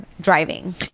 driving